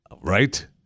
Right